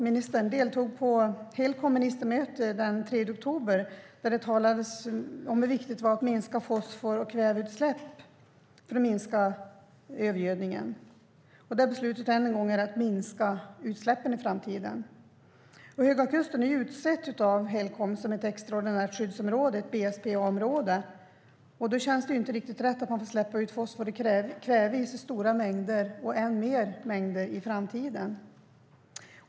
Ministern deltog på Helcoms ministermöte den 3 oktober där det talades om hur viktigt det är att minska fosfor och kväveutsläpp för att minska övergödningen. Beslutet blev än en gång att minska utsläppen i framtiden. Höga kusten har utsetts av Helcom som ett extraordinärt skyddsområde, ett BSPA-område. Då känns det inte riktigt rätt att man får släppa ut fosfor och kväve i så stora mängder och än mer i framtiden.